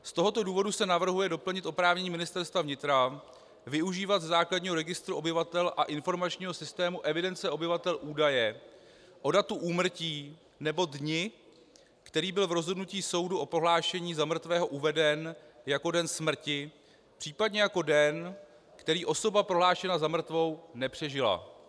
Z tohoto důvodu se navrhuje doplnit oprávnění Ministerstva vnitra využívat ze základního registru obyvatel a informačního systému evidence obyvatel údaje o datu úmrtí nebo dni, který byl v rozhodnutí soudu o prohlášení za mrtvého uveden jako den smrti, případně jako den, který osoba prohlášená za mrtvou nepřežila.